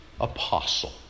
apostle